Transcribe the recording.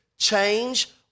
change